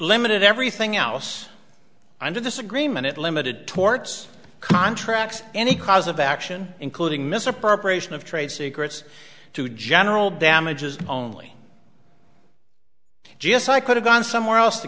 limited everything else under this agreement limited torts contracts any cause of action including misappropriation of trade secrets to general damages only just so i could have gone somewhere else to